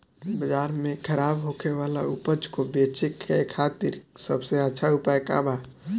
बाजार में खराब होखे वाला उपज को बेचे के खातिर सबसे अच्छा उपाय का बा?